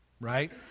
right